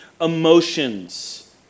emotions